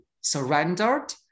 surrendered